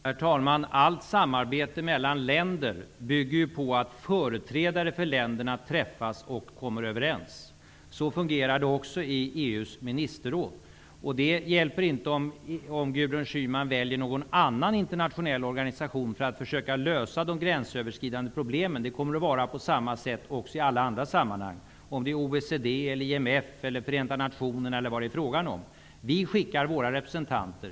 Herr talman! Allt samarbete mellan länder bygger på att företrädare för länderna träffas och kommer överens. Så fungerar det också i EU:s ministerråd. Det hjälper inte om Gudrun Schyman väljer någon annan internationell organisation för att försöka lösa de gränsöverskridande problemen -- det kommer att vara på samma sätt också där, exempelvis i OECD, IMF, Förenta nationerna eller vilken annan organisation det än är fråga om. Vi skickar våra representanter.